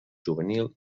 juvenil